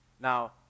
Now